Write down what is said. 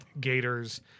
gators